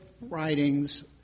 writings